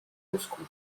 moscou